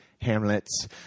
hamlets